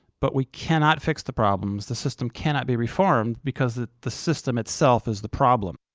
but we cannot fix the problems. the system cannot be reformed, because the the system itself is the problem.